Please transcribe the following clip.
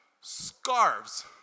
scarves